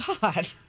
God